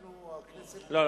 לא.